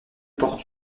portes